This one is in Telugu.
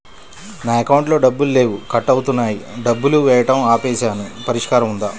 నా అకౌంట్లో డబ్బులు లేవు కట్ అవుతున్నాయని డబ్బులు వేయటం ఆపేసాము పరిష్కారం ఉందా?